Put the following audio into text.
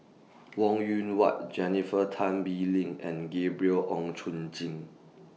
Wong Yoon Wah Jennifer Tan Bee Leng and Gabriel Oon Chong Jin